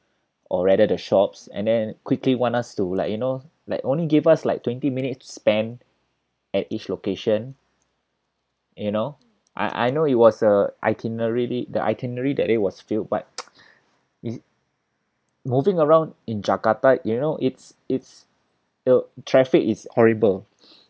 or rather the shops and then quickly want us to like you know like only give us like twenty minutes to spend at each location you know I I know it was a itinerary lead the itinerary that day was filled but it's moving around in jakarta you know it's it's the traffic is horrible